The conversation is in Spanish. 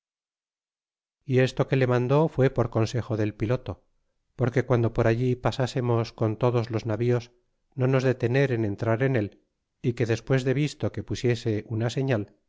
y esto que le mandó fué por consejo del piloto porque guando por allí pasásemos con todos los navíos no nos detener en entrar en él y que despues de visto que pusiese una señal